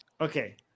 Okay